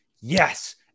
yes